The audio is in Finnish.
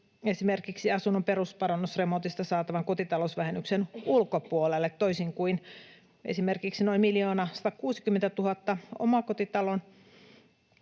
esimerkiksi asunnon perusparannusremontista saatavan kotitalousvähennyksen ulkopuolelle toisin kuin esimerkiksi noin 1 160 000 omakotitalon